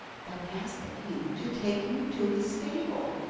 but ask the king to take me to his stable,